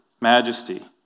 majesty